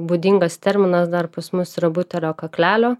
būdingas terminas dar pas mus yra butelio kaklelio